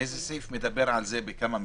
איזה סעיף מדבר על כמה מחוזות?